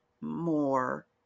more